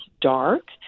dark